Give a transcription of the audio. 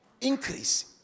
Increase